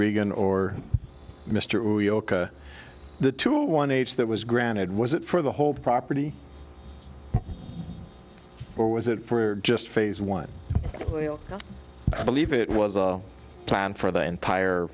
reagan or mister the tool one age that was granted was it for the whole property or was it for just phase one i believe it was a plan for the entire